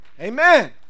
Amen